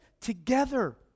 together